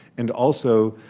and also